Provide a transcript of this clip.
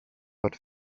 but